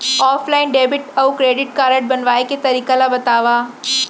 Offline debit अऊ credit card बनवाए के तरीका ल बतावव?